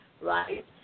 right